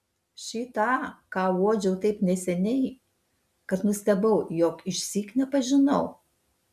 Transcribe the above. šį tą ką uodžiau taip neseniai kad nustebau jog išsyk nepažinau